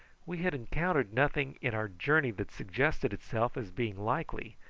we had encountered nothing in our journey that suggested itself as being likely,